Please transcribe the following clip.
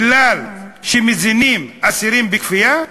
שמזינים אסירים בכפייה?